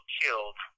killed